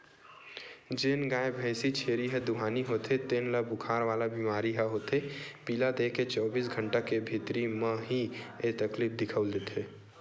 जेन गाय, भइसी, छेरी ह दुहानी होथे तेन ल बुखार वाला बेमारी ह होथे पिला देके चौबीस घंटा के भीतरी म ही ऐ तकलीफ दिखउल देथे